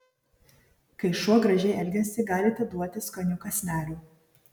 kai šuo gražiai elgiasi galite duoti skanių kąsnelių